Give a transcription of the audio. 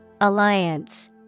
Alliance